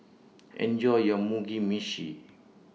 Enjoy your Mugi Meshi